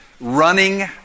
Running